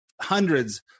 hundreds